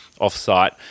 off-site